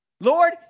Lord